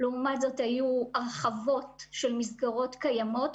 והיו גם הרחבות של מסגרות קיימות,